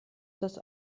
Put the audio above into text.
das